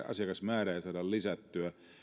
asiakasmäärää ei saada lisättyä